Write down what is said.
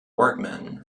workmen